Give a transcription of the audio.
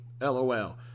LOL